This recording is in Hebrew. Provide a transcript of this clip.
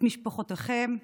את משפחותיכם,